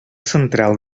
central